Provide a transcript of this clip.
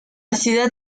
ciudad